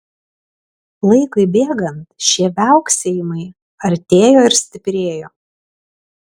laikui bėgant šie viauksėjimai artėjo ir stiprėjo